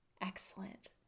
Excellent